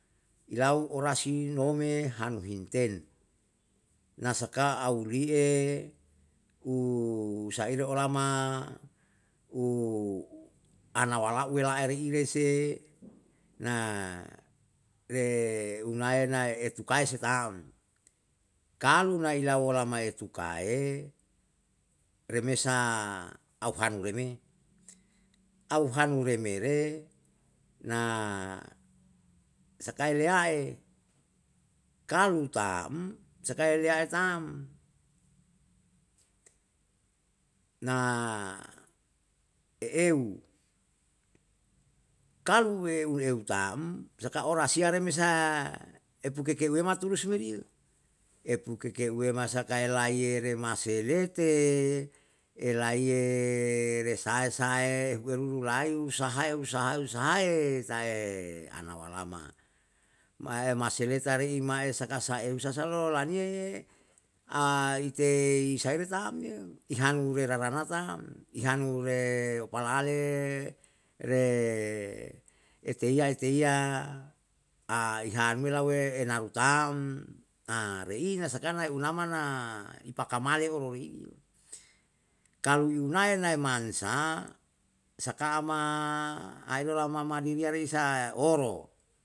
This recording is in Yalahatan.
Ilau orasi nome hanuhin ten, na saka aurihe usire olama, u nanawala'uwe lae reire se na re unae na etu sukae se tam. Kalu nai ilo wolamae tukae, remesa au hanu re me, au hanu re me re na sakai leyae, kalu tam, sakae leyae tam, na eeu, kalu eu eu tam saka orasiya reme sa epukekeuwema turus me royo, epukekeuwema sakai laiye re maselelete, elaiiye resae sae ehueru layu sahae usahae, usahae, tae anawalama. Mae maseleta ri'i ma'e sakae saeu sasalo laniye ye aitei saire tam yo, ihanu rerarana tam, i hanu re kualale re eteiya eteiya ai hamela we enaru tam, reina sakana unama na ipakamale oro roiye, kalu i unae nai mansa, saka ama areiro ramama diri arei sa'e oro